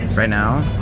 right now,